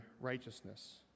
righteousness